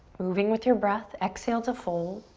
moving with your breath, exhale to fold.